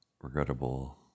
regrettable